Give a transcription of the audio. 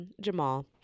Jamal